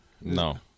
No